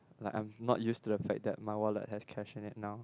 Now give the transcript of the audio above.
like I am not used to the fact that my wallet has cash in it now